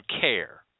care